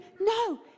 no